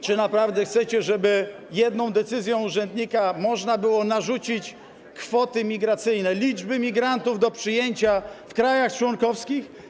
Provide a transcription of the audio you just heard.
Czy naprawdę chcecie, żeby jedną decyzją urzędnika można było narzucić kwoty migracyjne, liczby migrantów do przyjęcia w krajach członkowskich?